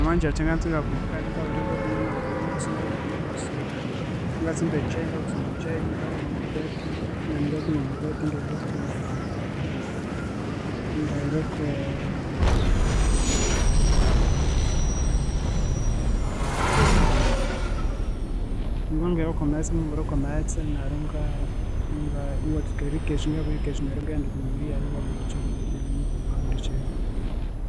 Omwangyakya nganza ingabuka, ngabiribuka, inganaba omwameso, ngabinaba omwameso, ingatsumba ekyayi, ngabiritsumba ekyayi, ngawulha omugathi, ingalirako nomungathi ingahirakwa, ingahirekwe ingongera kwamaghetse ngabyiongera kwamaghetse neryo inga ingatsuka erikesya, ngabiri kesya neryo ingaghenda okwe mibiri yaye eyabulikyiro ngabulhikyiro